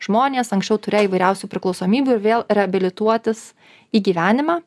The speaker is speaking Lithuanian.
žmonės anksčiau turėję įvairiausių priklausomybių ir vėl reabilituotis į gyvenimą